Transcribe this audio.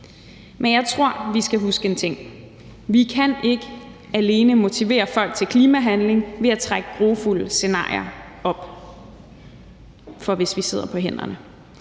Men jeg tror, vi skal huske en ting: Vi kan ikke alene motivere folk til klimahandling ved at trække grufulde scenarier op for, hvad der sker, hvis vi sidder på hænderne.